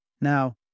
Now